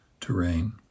terrain